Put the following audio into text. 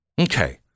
Okay